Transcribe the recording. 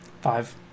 Five